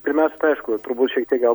pirmiausia tai aišku turbūt šiek tiek gal